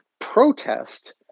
protest